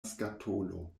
skatolo